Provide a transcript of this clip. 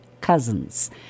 cousins